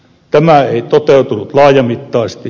tämä ei toteutunut laajamittaisesti